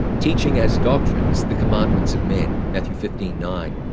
teaching as doctrines the commandments of men. matthew fifteen nine.